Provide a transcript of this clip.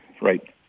right